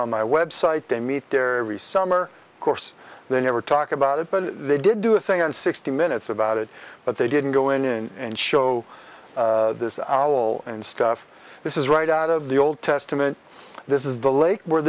on my website they meet their course they never talk about it but they did do a thing on sixty minutes about it but they didn't go in and show this and stuff this is right out of the old testament this is the lake where